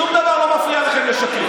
שום דבר לא מפריע לכם לשקר.